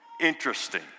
Interesting